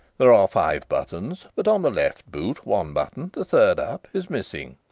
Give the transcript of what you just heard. there are five buttons, but on the left boot one button the third up is missing,